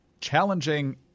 challenging